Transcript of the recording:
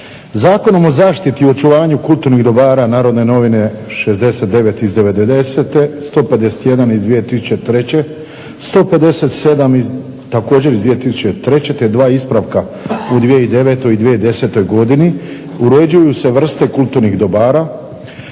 Zakonom o zaštiti i očuvanju kulturnih dobara "Narodne novine" 69 iz devedesete, 151 iz 2003., 157 također iz 2003. te dva ispravka u 2009. i 2010. godini uređuju se vrste kulturnih dobara,